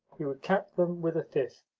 he would cap them with a fifth,